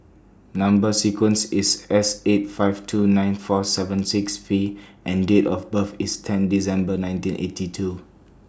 Number sequence IS S eight five two nine four seven six V and Date of birth IS ten December nineteen eighty two